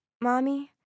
Mommy